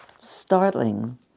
startling